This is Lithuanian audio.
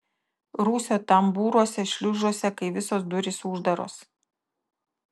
rūsio tambūruose šliuzuose kai visos durys uždaros